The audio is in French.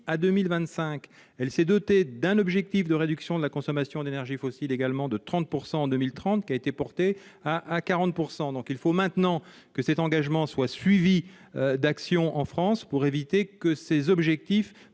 à 2025, elle s'est dotée d'un objectif de réduction de la consommation d'énergies fossiles, également de 30 pourcent en 2030, qui a été porté à 40 pourcent donc il faut maintenant que cet engagement soit suivie d'actions en France pour éviter que ces objectifs ne restent des voeux pieux,